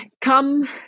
come